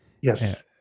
Yes